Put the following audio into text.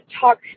talk